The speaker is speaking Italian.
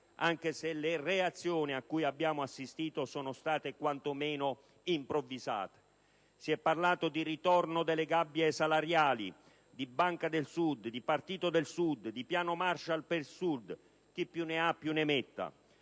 anche se le reazioni cui abbiamo assistito sono state quanto meno improvvisate. Si è parlato di ritorno delle gabbie salariali, di banca del Sud, di partito del Sud, di piano Marshall per il Sud e chi più ne ha più ne metta.